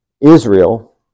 Israel